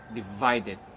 divided